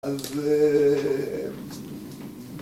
אז, אה...